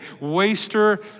waster